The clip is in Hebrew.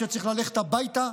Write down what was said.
שצריך ללכת הביתה,